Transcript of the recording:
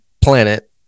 planet